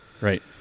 Right